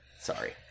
Sorry